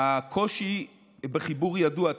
הקושי בחיבור ידוע.